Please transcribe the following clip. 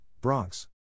Bronx